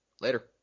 Later